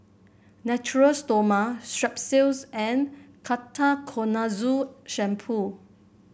Natura Stoma Strepsils and Ketoconazole Shampoo